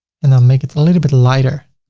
and i'll make it a little bit lighter.